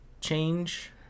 change